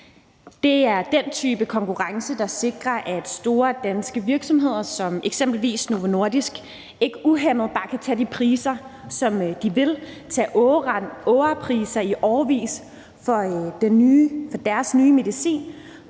det er den type konkurrence, der sikrer, at store danske virksomheder som eksempelvis Novo Nordisk ikke uhæmmet bare kan tage de priser, som de vil – tage overpriser i årevis for deres nye medicin